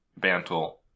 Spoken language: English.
Bantle